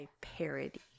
parody